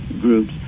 groups